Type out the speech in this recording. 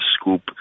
scoop